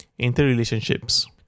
Interrelationships